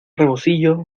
rebocillo